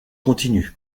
continu